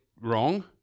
wrong